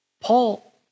Paul